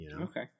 Okay